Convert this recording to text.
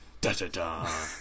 Da-da-da